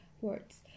words